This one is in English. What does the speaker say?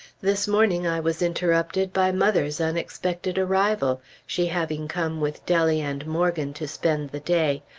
this morning i was interrupted by mother's unexpected arrival, she having come with dellie and morgan to spend the day.